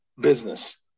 business